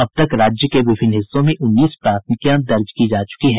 अब तक राज्य के विभिन्न हिस्सों में उन्नीस प्राथमिकियां दर्ज की जा चुकी हैं